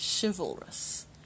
Chivalrous